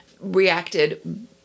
reacted